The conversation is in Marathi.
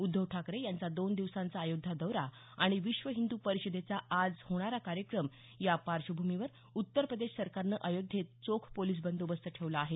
उद्धव ठाकरे यांचा दोन दिवसांचा अयोध्या दौरा आणि विश्व हिंद परिषदेचा आज होणारा कार्यक्रम या पार्श्वभूमीवर उत्तरप्रदेश सरकारनं अयोध्येत चोख पोलिस बंदोबस्त ठेवला आहे